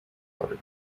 for